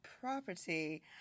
property